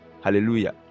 Hallelujah